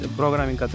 programming